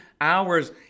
hours